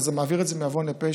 אבל זה מעביר את זה מעוון לפשע.